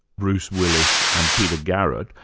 bruce willis and peter garrett,